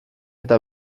eta